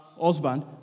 husband